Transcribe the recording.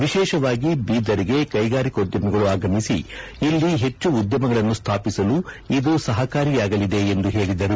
ವಿಶೇಷವಾಲಿ ಕೈಗಾಲಿಕೋದ್ಯಮಿಗಳು ಆಗಮಿಸಿ ಇಲ್ಲ ಹೆಚ್ಚು ಉದ್ಯಮಗಳನ್ನು ಸ್ಥಾಪಿಸಲು ಇದು ಸಹಕಾಲಿಯಾಗಅದೆ ಎಂದು ಹೇಳದರು